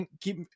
keep